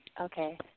Okay